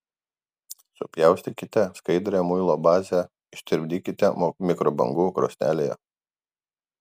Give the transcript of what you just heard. supjaustykite skaidrią muilo bazę ištirpdykite mikrobangų krosnelėje